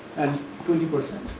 as twenty percent